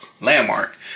landmark